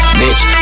bitch